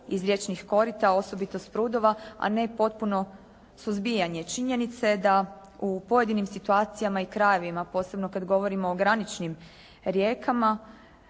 iz riječnih korita, osobito sprudova a ne potpuno suzbijanje. Činjenica je da u pojedinim situacijama i krajevima posebno kada govorimo o graničnim rijekama,